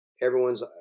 Everyone's